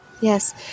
Yes